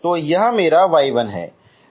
तो यह मेरा y1 है